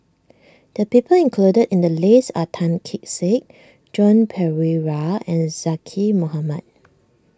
the people included in the list are Tan Kee Sek Joan Pereira and Zaqy Mohamad